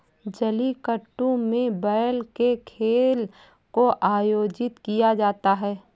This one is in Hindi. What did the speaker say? जलीकट्टू में बैल के खेल को आयोजित किया जाता है